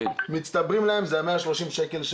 -- מצטבר להם תשלומים: אם זה ה-130 שקל,